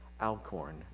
Alcorn